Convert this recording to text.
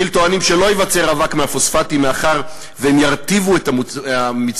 בכי"ל טוענים שלא ייווצר אבק מהפוספטים מאחר שהם ירטיבו את המצבורים,